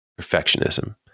perfectionism